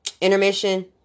intermission